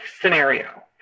scenario